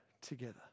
together